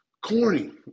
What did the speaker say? corny